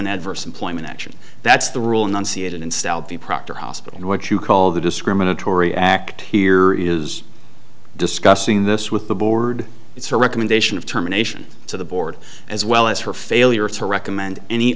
an adverse employment action that's the ruling on see it in style b proctor hospital and what you call the discriminatory act here is discussing this with the board it's a recommendation of terminations to the board as well as her failure to recommend any